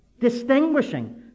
distinguishing